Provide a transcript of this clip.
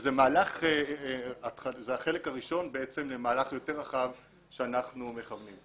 וזה החלק הראשון למהלך יותר רחב שאנחנו מכוונים.